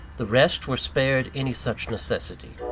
the rest were spared any such necessity.